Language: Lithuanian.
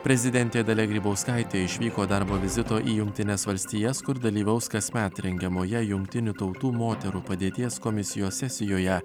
prezidentė dalia grybauskaitė išvyko darbo vizito į jungtines valstijas kur dalyvaus kasmet rengiamoje jungtinių tautų moterų padėties komisijos sesijoje